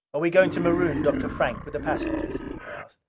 are we going to maroon dr. frank with the passengers? i asked.